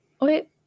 wait